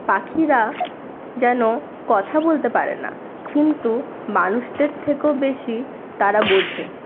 পাখিরা যেন কথা বলতে পারেনা কিন্তু মানুষদের থেকেও বেশি তারা বোঝে